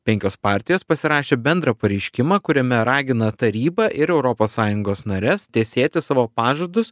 penkios partijos pasirašė bendrą pareiškimą kuriame ragina tarybą ir europos sąjungos nares tesėti savo pažadus